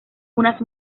unas